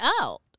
out